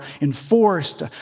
enforced